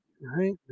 right